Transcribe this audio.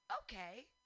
okay